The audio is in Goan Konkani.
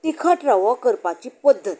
तिखट रवो करपाची पद्दत